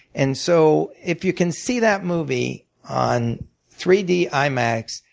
and so if you can see that movie on three d imax,